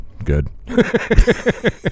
good